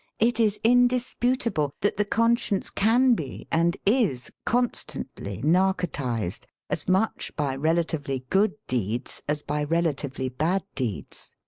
it is indis putable that the conscience can be, and is con stantly narcotised as much by relatively good deeds as by relatively bad deeds.